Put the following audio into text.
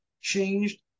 changed